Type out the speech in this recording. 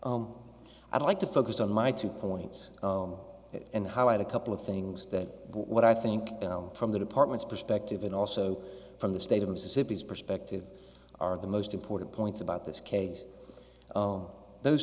e i'd like to focus on my two points own and how i had a couple of things that what i think from the department's perspective and also from the state of mississippi is perspective are the most important points about this case own those